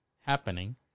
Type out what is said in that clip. happening